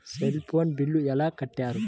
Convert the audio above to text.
Cell phone bill ఎలా కట్టారు?